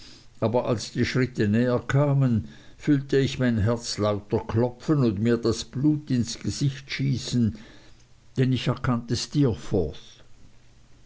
aber als die schritte näher kamen fühlte ich mein herz lauter klopfen und mir das blut ins gesicht schießen denn ich erkannte